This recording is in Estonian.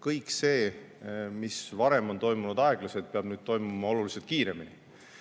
kõik see, mis varem on toimunud aeglaselt, peab nüüd hakkama toimuma oluliselt kiiremini.